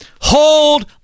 Hold